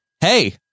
Hey